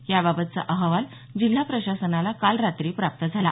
याबाबतचा अहवाल जिल्हा प्रशासनाला काल रात्री प्राप्त झाला